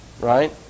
right